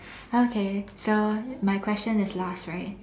okay so my question is last right